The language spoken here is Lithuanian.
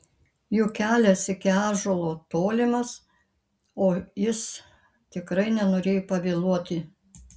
juk kelias iki ąžuolo tolimas o jis tikrai nenorėjo pavėluoti